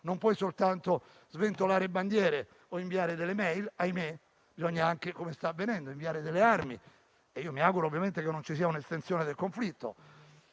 possono soltanto sventolare bandiere o inviare *e-mail*, ma bisogna anche, come sta avvenendo, inviare delle armi. Mi auguro ovviamente che non ci sia un'estensione del conflitto.